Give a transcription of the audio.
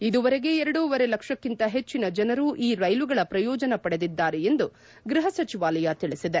ಇದುವರೆಗೆ ಎರಡೂವರೆ ಲಕ್ಷಕ್ಕಿಂತ ಹೆಚ್ಚಿನ ಜನರು ಈ ರೈಲುಗಳ ಪ್ರಯೋಜನ ಪಡೆದಿದ್ದಾರೆ ಎಂದು ಗ್ಬಹ ಸಚಿವಾಲಯ ತಿಳಿಸಿದೆ